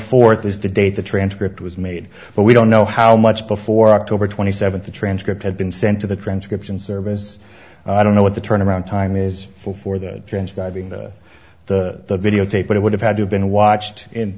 is the date the transcript was made but we don't know how much before october twenty seventh the transcript had been sent to the transcription service i don't know what the turnaround time is for the transcribing the the video tape it would have had to have been watched in